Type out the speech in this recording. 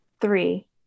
three